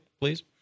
please